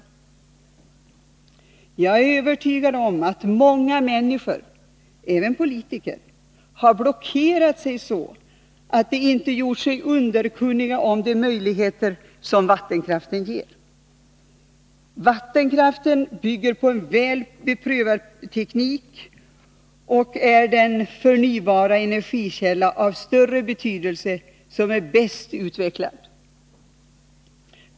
Jag är övertygad om att många människor — även politiker — har blockerat sig så, att de inte har gjort sig underkunniga om de möjligheter som vattenkraften ger. Vattenkraften bygger på en väl beprövad teknik och är den förnybara energikälla av större betydelse som är bäst utvecklad.